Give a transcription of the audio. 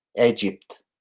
Egypt